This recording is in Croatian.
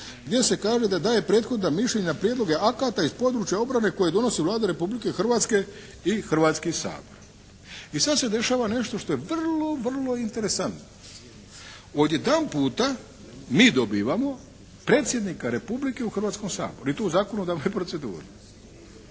gdje se kaže da daje prethodna mišljenja na prijedloge akata iz područja obrane koje donosi Vlada Republike Hrvatske i Hrvatski sabor. I sad se dešava nešto što je vrlo, vrlo interesantno. Odjedanputa mi dobivamo Predsjednika Republike u Hrvatskom saboru. I to u zakonodavnoj proceduri.